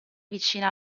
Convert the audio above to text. vicina